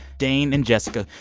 dane and jessica,